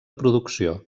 producció